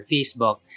Facebook